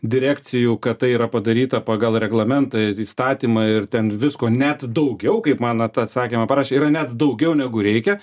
direkcijų kad tai yra padaryta pagal reglamentą įstatymą ir ten visko net daugiau kaip man vat atsakymą parašė yra net daugiau negu reikia